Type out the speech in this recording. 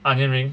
onion ring